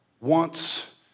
wants